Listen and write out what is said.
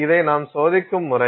இதை நாம் சோதிக்கும் முறை